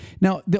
now